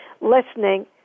listening